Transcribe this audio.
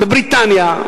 בבריטניה,